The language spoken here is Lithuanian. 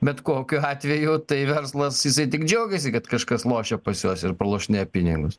bet kokiu atveju tai verslas jisai tik džiaugiasi kad kažkas lošia pas juos ir pralošinėja pinigus